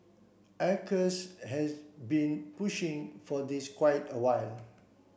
acres has been pushing for this for quite a while